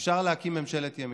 אפשר להקים ממשלת ימין.